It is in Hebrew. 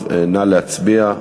נא להצביע.